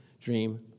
dream